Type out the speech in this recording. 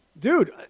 dude